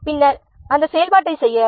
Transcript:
பின்னர் அந்த செயல்பாட்டை செய்ய